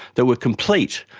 that were complete,